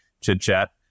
chit-chat